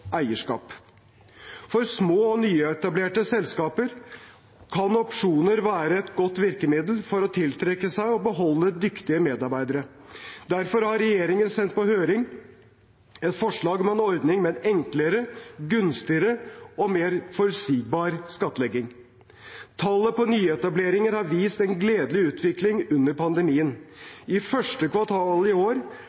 For små og nyetablerte selskaper kan opsjoner være et godt virkemiddel for å tiltrekke seg og beholde dyktige medarbeidere. Derfor har regjeringen sendt på høring et forslag om en ordning med en enklere, gunstigere og mer forutsigbar skattlegging. Tallet på nyetableringer har vist en gledelig utvikling under pandemien.